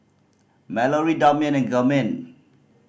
Mallorie Damion and Germaine